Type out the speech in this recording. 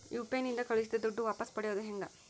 UPI ನಿಂದ ಕಳುಹಿಸಿದ ದುಡ್ಡು ವಾಪಸ್ ಪಡೆಯೋದು ಹೆಂಗ?